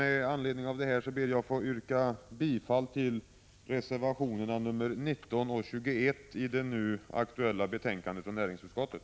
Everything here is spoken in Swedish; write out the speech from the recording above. Med anledning av detta ber jag att få yrka bifall till reservationerna 19 och 21 i det nu aktuella betänkandet från näringsutskottet.